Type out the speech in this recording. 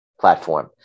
platform